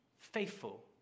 Faithful